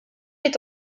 est